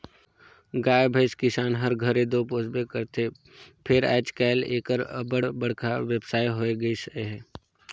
गाय भंइस किसान हर घरे दो पोसबे करथे फेर आएज काएल एकर अब्बड़ बड़खा बेवसाय होए गइस अहे